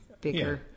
bigger